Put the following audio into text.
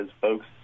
folks